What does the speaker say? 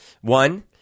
One